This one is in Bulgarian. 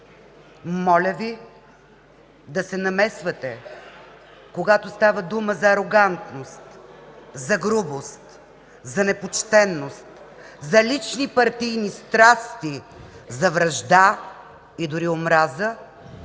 моля да се намесвате, когато става дума за арогантност, за грубост, за непочтеност, за лични партийни страсти, за вражда и дори омраза